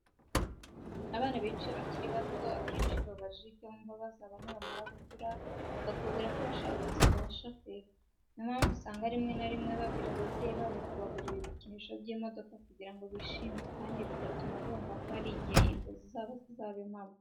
Abana benshi iyo bakiri bato akenshi iyo ubabajije icyo bumva bazaba nibamara gukura, bakubwira ko bashaka kuzaba abashoferi. Niyo mpamvu, usanga rimwe na rimwe babwira ababyeyi babo kubagurira ibikinisho by'imodoka kugira ngo bishime kandi bigatuma bumva ko hari igihe inzozi zabo zizaba impamo.